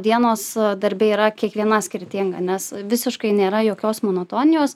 dienos darbe yra kiekviena skirtinga nes visiškai nėra jokios monotonijos